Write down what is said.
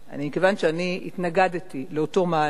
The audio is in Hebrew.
כיוון שאני התנגדתי לאותו מהלך,